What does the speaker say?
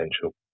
potential